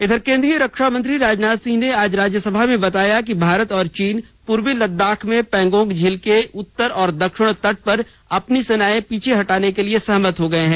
इधर केंद्रीय रक्षा मंत्री राजनाथ सिंह ने आज राज्यसभा में बताया कि भारत और चीन पूर्वी लद्दाख में पैंगोंग झील के उत्तर और दक्षिण तट पर अपनी सेनाएं पीछे हटाने के लिए सहमत हो गए हैं